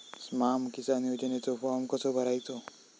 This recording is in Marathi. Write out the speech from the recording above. स्माम किसान योजनेचो फॉर्म कसो भरायचो?